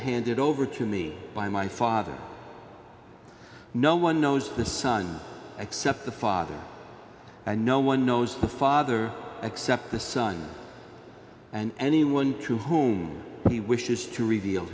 handed over to me by my father no one knows the son except the father and no one knows the father except the son and any one true home he wishes to reveal